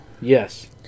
Yes